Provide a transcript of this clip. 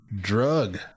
drug